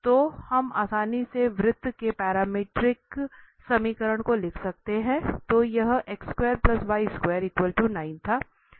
तो हम आसानी से वृत्त के पैरामीट्रिक समीकरण को लिख सकते हैं